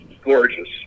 gorgeous